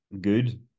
good